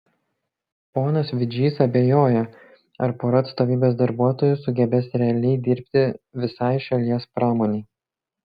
ponas vidžys abejoja ar pora atstovybės darbuotojų sugebės realiai dirbti visai šalies pramonei